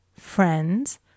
friends